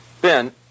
Ben